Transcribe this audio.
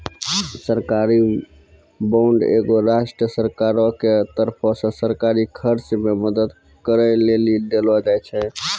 सरकारी बांड एगो राष्ट्रीय सरकारो के तरफो से सरकारी खर्च मे मदद करै लेली देलो जाय छै